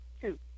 two